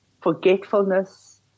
forgetfulness